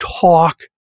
talk